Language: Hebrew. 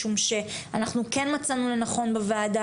משום שאנחנו כן מצאנו לנכון בוועדה